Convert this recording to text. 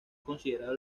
considerado